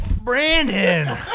Brandon